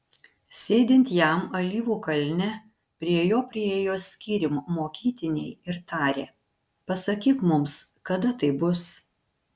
sėdint jam alyvų kalne prie jo priėjo skyrium mokytiniai ir tarė pasakyk mums kada tai bus